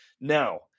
Now